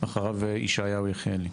אחריו ישעיהו יחיאלי.